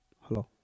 Hello